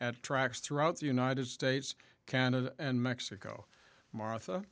at tracks throughout the united states canada and mexico martha